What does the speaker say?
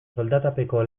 soldatapeko